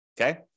okay